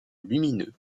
lumineux